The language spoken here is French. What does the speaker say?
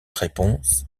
réponse